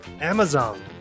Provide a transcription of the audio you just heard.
amazon